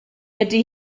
ydy